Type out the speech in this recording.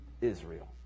Israel